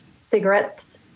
cigarettes